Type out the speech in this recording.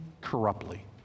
corruptly